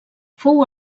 fou